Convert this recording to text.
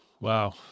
Wow